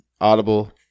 Audible